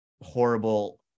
horrible